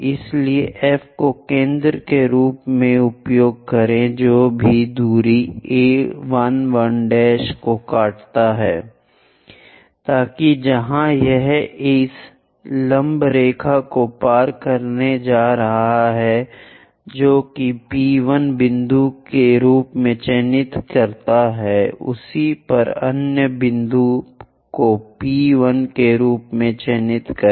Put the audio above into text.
इसलिए F को केंद्र के रूप में उपयोग करें जो भी दूरी 1 1' को काटता है ताकि जहां यह इस लंब रेखा को पार करने जा रहा है जो कि P 1 बिंदु के रूप में चिह्नित करता है उसी तरह अन्य बिंदुओं को P 1 के रूप में चिह्नित करें